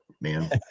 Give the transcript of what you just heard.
man